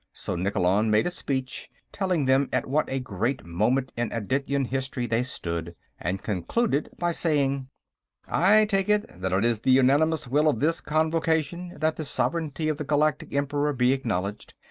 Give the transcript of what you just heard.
so nikkolon made a speech, telling them at what a great moment in adityan history they stood, and concluded by saying i take it that it is the unanimous will of this convocation that the sovereignty of the galactic emperor be acknowledged,